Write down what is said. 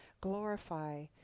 glorify